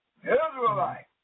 Israelite